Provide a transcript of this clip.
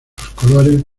colores